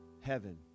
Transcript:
heaven